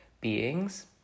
beings